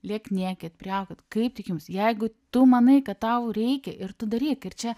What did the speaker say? lieknėkit priaukit kaip tik jums jeigu tu manai kad tau reikia ir tu daryk ir čia